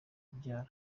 kubyara